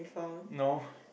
no